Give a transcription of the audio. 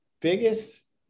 biggest